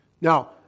Now